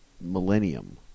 millennium